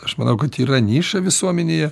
aš manau kad yra niša visuomenėje